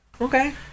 okay